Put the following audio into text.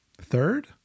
Third